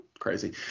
crazy